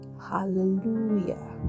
Hallelujah